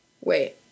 Wait